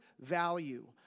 value